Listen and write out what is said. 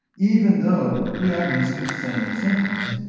even though we are using the same sentence.